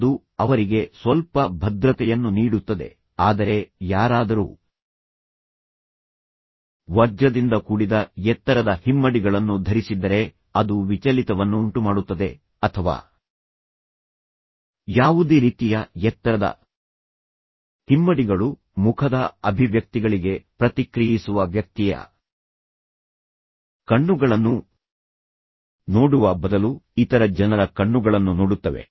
ಅದು ಅವರಿಗೆ ಸ್ವಲ್ಪ ಭದ್ರತೆಯನ್ನು ನೀಡುತ್ತದೆ ಆದರೆ ಯಾರಾದರೂ ವಜ್ರದಿಂದ ಕೂಡಿದ ಎತ್ತರದ ಹಿಮ್ಮಡಿಗಳನ್ನು ಧರಿಸಿದ್ದರೆ ಅದು ವಿಚಲಿತವನ್ನುಂಟುಮಾಡುತ್ತದೆ ಅಥವಾ ಯಾವುದೇ ರೀತಿಯ ಎತ್ತರದ ಹಿಮ್ಮಡಿಗಳು ಮುಖದ ಅಭಿವ್ಯಕ್ತಿಗಳಿಗೆ ಪ್ರತಿಕ್ರಿಯಿಸುವ ವ್ಯಕ್ತಿಯ ಕಣ್ಣುಗಳನ್ನು ನೋಡುವ ಬದಲು ಇತರ ಜನರ ಕಣ್ಣುಗಳನ್ನು ನೋಡುತ್ತವೆ